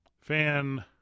Fan